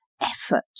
effort